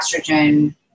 estrogen